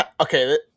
okay